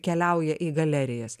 keliauja į galerijas